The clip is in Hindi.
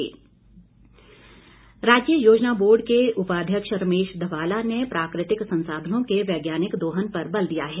रमेश ध्वाला राज्य योजना बोर्ड के उपाध्यक्ष रमेश ध्वाला ने प्राकृतिक संसाधनों के वैज्ञानिक दोहन पर बल दिया है